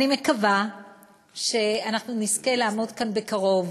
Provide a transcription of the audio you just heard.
אני מקווה שאנחנו נזכה לעמוד כאן בקרוב